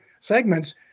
segments